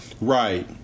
Right